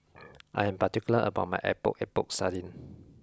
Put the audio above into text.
I am particular about my epok epok sardin